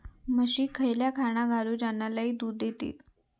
म्हशीक खयला खाणा घालू ज्याना लय दूध देतीत?